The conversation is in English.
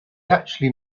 actually